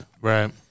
right